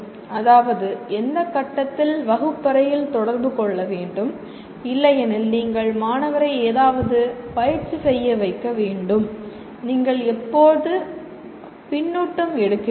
அதாவது எந்த கட்டத்தில் வகுப்பறையில் தொடர்பு கொள்ள வேண்டும் இல்லையெனில் நீங்கள் மாணவரை எதையாவது பயிற்சி செய்ய வைக்க வேண்டும் நீங்கள் எப்போது பின்னூட்டம் எடுக்கிறீர்கள்